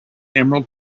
emerald